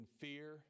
fear